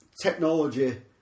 technology